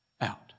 out